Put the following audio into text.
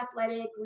athletic